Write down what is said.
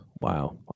Wow